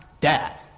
dad